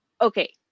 okay